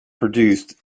produced